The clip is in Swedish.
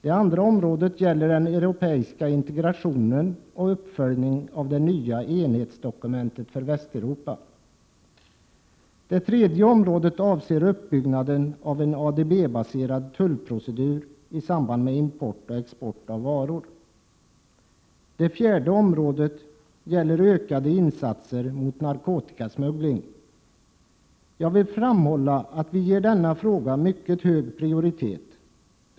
Det andra området gäller den europeiska integrationen och uppföljningen av det nya enhetsdokumentet för Västeuropa. Det tredje området avser uppbyggnaden av en ADB-baserad tullprocedur i samband med import och export av varor. Det fjärde området gäller ökade insatser mot narkotikasmuggling. Jag vill framhålla att vi ger denna fråga mycket hög prioritet.